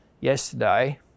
yesterday